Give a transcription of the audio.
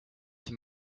see